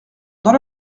dans